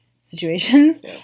situations